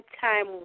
time